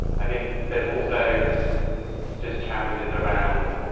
i think there's also just challenges around